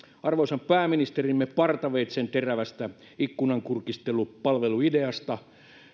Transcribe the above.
arvoisan pääministerimme partaveitsenterävästä ikkunakurkistelupalveluideasta